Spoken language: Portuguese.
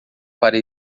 para